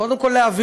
קודם כול להבין,